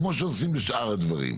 כמו שעושים בשאר הדברים.